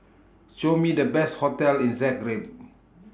Show Me The Best hotels in Zagreb